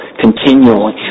continually